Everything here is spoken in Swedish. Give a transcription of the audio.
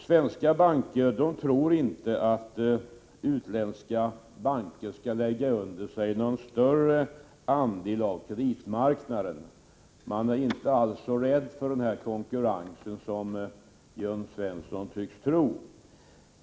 Svenska banker tror inte att utländska banker skall lägga under sig någon större andel av kreditmarknaden. Man är inte alls så rädd för den konkurrensen som Jörn Svensson tycks tro.